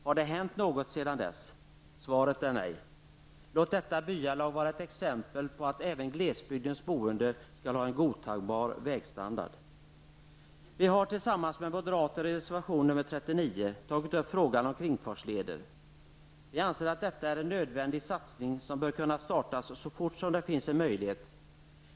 Har det hänt något sedan dess? Svaret är nej. Låt detta byalag vara ett exempel på att även glesbygdens boende skall ha en godtagbar vägstandard. Vi har tillsammans med moderaterna i reservation nr 39 tagit upp frågan om kringfartsleder. Vi anser att detta är en nödvändig satsning som bör kunna startas så fort som det finns en möjlighet.